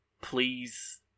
please